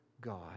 God